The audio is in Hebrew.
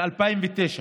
מ-2009,